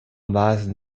maßen